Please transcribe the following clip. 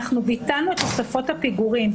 ביטלנו את תוספות הפיגורים,